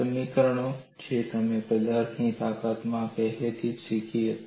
સમીકરણો જે તમે પદાર્થની તાકાતમાં પહેલાથી જ શીખી હતા